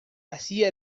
hacia